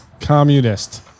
Communist